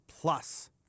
plus